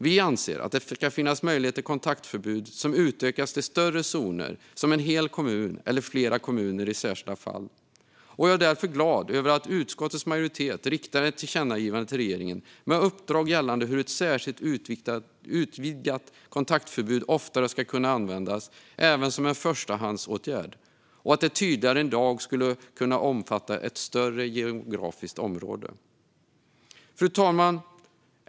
Vi anser att det ska finnas möjlighet till kontaktförbud som utökas till större zoner, som en hel kommun eller, i särskilda fall, flera kommuner. Jag är därför glad över att utskottets majoritet riktar ett tillkännagivande till regeringen med uppdrag gällande hur ett särskilt utvidgat kontaktförbud oftare ska kunna användas, även som en förstahandsåtgärd, och tydligare än i dag kunna omfatta ett större geografiskt område. Fru talman!